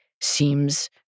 seems